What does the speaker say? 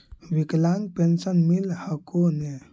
विकलांग पेन्शन मिल हको ने?